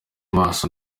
maso